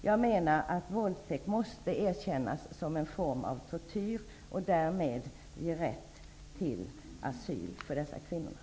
Jag menar att våldtäkt måste erkännas som en form av tortyr, och därmed skall kvinnan ges rätt till asyl.